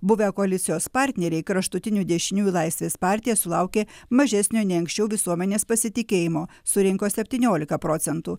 buvę koalicijos partneriai kraštutinių dešiniųjų laisvės partija sulaukė mažesnio nei anksčiau visuomenės pasitikėjimo surinko septyniolika procentų